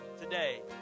Today